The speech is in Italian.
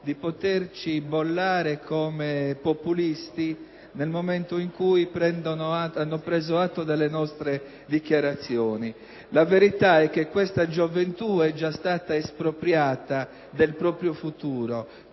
di poterci bollare come populisti nel momento in cui hanno preso atto delle nostre dichiarazioni. La verità è che questa gioventù è già stata espropriata del proprio futuro.